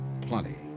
Plenty